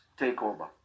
takeover